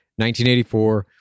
1984